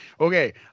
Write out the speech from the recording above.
okay